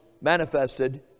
manifested